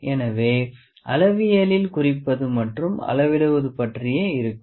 எனவே அளவியலில் குறிப்பது மற்றும் அளவிடுவது பற்றியே இருக்கும்